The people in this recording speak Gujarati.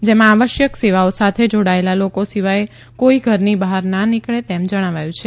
જેમાં આવશ્યક સેવાઓ સાથે જોડાયેલા લોકો સિવાય કોઇ ઘરની બહાર ના નીકળે તેમ જણાવાયું છે